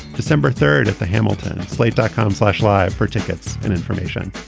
december third at the hamilton slate dot com slash line for tickets and information.